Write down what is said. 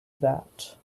that